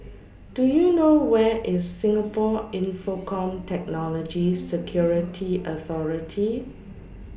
Do YOU know Where IS Singapore Infocomm Technology Security Authority